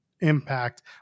Impact